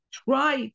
try